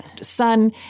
son